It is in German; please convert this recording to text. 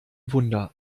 wunder